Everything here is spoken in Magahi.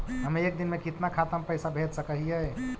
हम एक दिन में कितना खाता में पैसा भेज सक हिय?